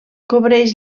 cobreix